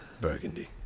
Burgundy